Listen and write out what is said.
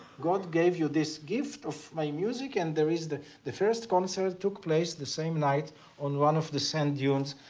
god gave you this gift of my music and there is the the first concert took place the same night on one of the sand dunes